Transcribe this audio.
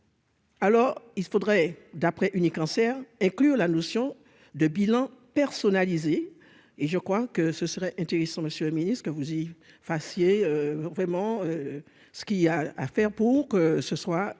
Alors, il faudrait d'après Unicancer inclure la notion de bilan personnalisé et je crois que ce serait intéressant, monsieur le Ministre que vous y fassiez vraiment ce qu'il a à faire pour que ce soit